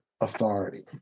authority